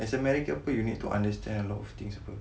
as a married couple you need to understand a lot of things apa